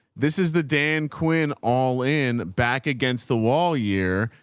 this is the dan quinn all in back against the wall year,